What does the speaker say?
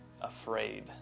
afraid